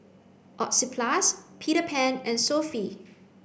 Oxyplus Peter Pan and Sofy